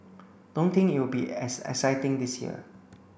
don't think it'll be as exciting this year